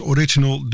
Original